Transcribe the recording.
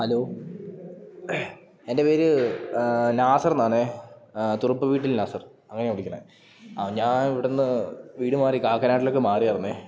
hello എൻ്റെ പേര് നാസറ്ന്നാണ് തുറുപ്പ് വീട്ടിൽ നാസർ അങ്ങനെയാണ് വിളിക്കണത് ഞാൻ ഇവിടുന്ന് വീട് മാറി കാക്കനാട്ടിലേക്ക് മാറിയാർന്നു